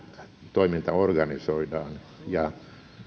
toiminta organisoidaan ja